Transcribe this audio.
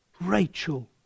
Rachel